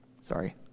Sorry